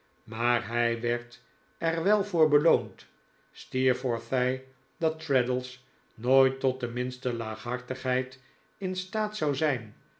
maar hij werd er wel voor beloond steerforth zei dat traddles nooit tot de minste laaghartigheid in staat zou zijn